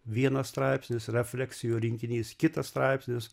vienas straipsnis refleksijų rinkinys kitas straipsnis